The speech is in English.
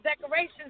decorations